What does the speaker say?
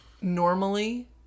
normally